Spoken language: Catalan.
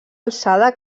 alçada